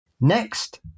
Next